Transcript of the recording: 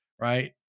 Right